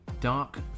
dark